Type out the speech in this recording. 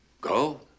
go